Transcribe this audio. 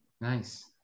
nice